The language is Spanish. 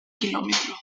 kilómetro